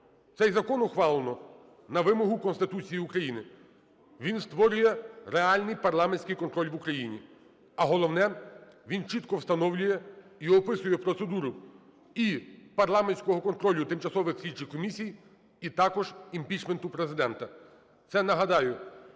Цей закон ухвалено на вимогу Конституції України. Він створює реальний парламентський контроль в Україні, а головне, він чітко встановлює і описує процедури і парламентського контролю тимчасових слідчих комісій, і також імпічменту Президента. Це, нагадаю,